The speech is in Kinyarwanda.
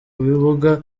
bibuga